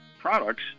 products